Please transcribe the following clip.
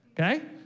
okay